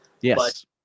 Yes